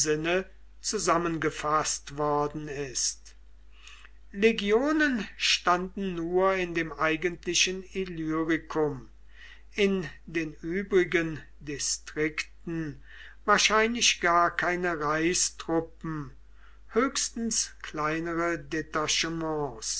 zusammengefaßt worden ist legionen standen nur in dem eigentlichen illyricum in den übrigen distrikten wahrscheinlich gar keine reichstruppen höchstens kleinere detachements